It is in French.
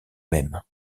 même